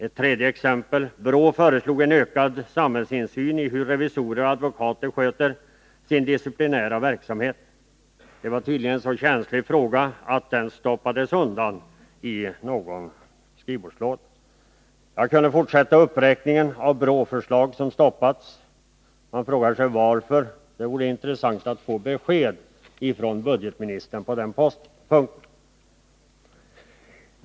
Ett tredje exempel: BRÅ föreslog en ökning av samhällsinsynen i vad avser revisorers och advokaters skötsel av sin disciplinära verksamhet. Detta var tydligen en så känslig fråga att den stoppades undan i någon skrivbordslåda. Jag kunde fortsätta uppräkningen av BRÅ-förslag som stoppats. Man frågar sig varför detta har skett. Det vore intressant att på den punkten få ett besked av budgetministern.